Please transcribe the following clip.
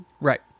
Right